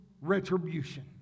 retribution